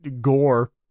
gore